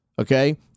Okay